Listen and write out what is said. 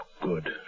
good